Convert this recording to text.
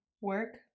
work